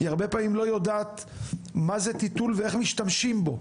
היא הרבה פעמים לא יודעת מה זה טיטול ואיך משתמשים בו,